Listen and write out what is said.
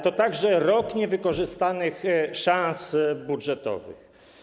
To także rok niewykorzystanych szans budżetowych.